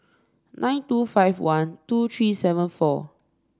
nine two five one two three seven four